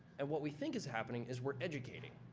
and what we think is happening is we're educating.